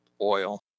oil